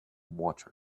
water